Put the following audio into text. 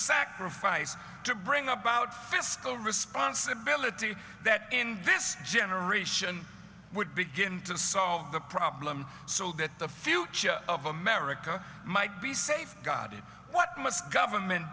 sacrifice to bring about fiscal responsibility that in this generation would begin to solve the problem so that the future of america might be safeguarded what must government